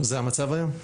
וזה המצב היום?